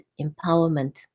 empowerment